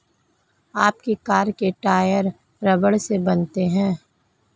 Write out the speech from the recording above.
आपकी कार के टायर रबड़ से बने हुए हैं